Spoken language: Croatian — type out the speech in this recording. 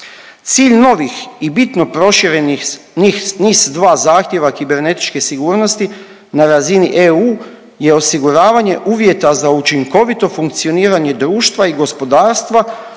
Cilj novih i bitno proširenih NIS2 zahtjeva kibernetičke sigurnosti na razini EU je osiguravanje uvjeta za učinkovito funkcioniranje društva i gospodarstva